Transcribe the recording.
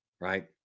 Right